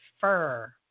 Fur